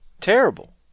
Terrible